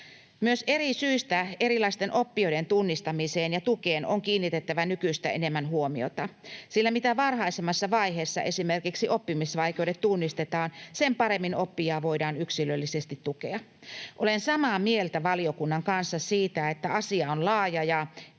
Myös eri syistä erilaisten oppijoiden tunnistamiseen ja tukeen on kiinnitettävä nykyistä enemmän huomiota, sillä mitä varhaisemmassa vaiheessa esimerkiksi oppimisvaikeudet tunnistetaan, sitä paremmin oppijaa voidaan yksilöllisesti tukea. Olen samaa mieltä valiokunnan kanssa siitä, että asia on laaja ja